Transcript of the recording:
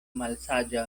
malsaĝa